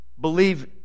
Believe